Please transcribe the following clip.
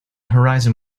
horizon